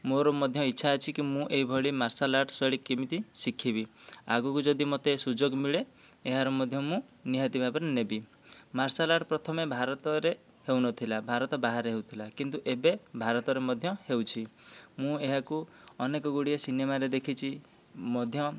ମୋର ମଧ୍ୟ ଇଚ୍ଛା ଅଛି କି ମୁଁ ଏଇଭଳି ମାର୍ଶାଲ୍ ଆର୍ଟ ଶୈଳୀ କେମିତି ଶିଖିବି ଆଗକୁ ଯଦି ମୋତେ ସୁଯୋଗ ମିଳେ ଏହାର ମଧ୍ୟ ମୁଁ ନିହାତି ଭାବରେ ନେବି ମାର୍ଶାଲ୍ ଆର୍ଟ ପ୍ରଥମେ ଭାରତରେ ହେଉନଥିଲା ଭାରତ ବାହାରେ ହେଉଥିଲା କିନ୍ତୁ ଏବେ ଭାରତରେ ମଧ୍ୟ ହେଉଛି ମୁଁ ଏହାକୁ ଅନେକ ଗୁଡ଼ିଏ ସିନେମାରେ ଦେଖିଛି ମଧ୍ୟ